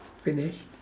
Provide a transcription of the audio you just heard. finished